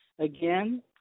Again